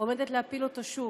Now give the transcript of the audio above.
עומדת להפיל אותו שוב.